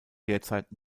derzeit